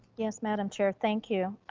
yes, madam chair. thank you.